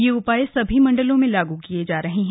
ये उपाय सभी मंडलों में लागू किये जा रहे हैं